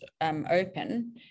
open